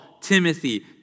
Timothy